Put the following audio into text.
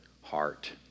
heart